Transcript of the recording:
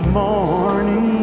morning